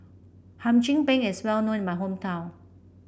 Hum Chim Peng is well known in my hometown